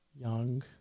young